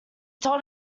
told